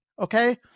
Okay